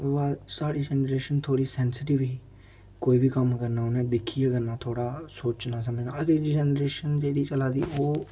ओह् ऐ साढ़ी जनरेशन थोह्ड़ी सैंसटिव ही कोई बी कम्म करना उ'नें दिक्खियै करना थोह्ड़ा सोचना समझना अज्जकल दी जनरेशन जेह्ड़ी चलै दी ओह्